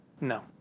No